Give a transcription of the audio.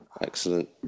Excellent